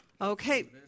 Okay